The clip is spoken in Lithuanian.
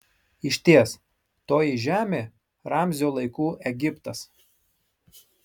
išties toji žemė ramzio laikų egiptas